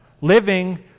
living